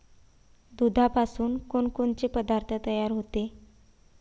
दुधापासून कोनकोनचे पदार्थ तयार होते?